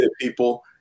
people